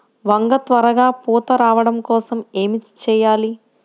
వంగ త్వరగా పూత రావడం కోసం ఏమి చెయ్యాలి?